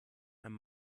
mein